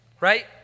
Right